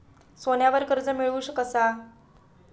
सोन्यावर कर्ज मिळवू कसा?